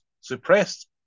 suppressed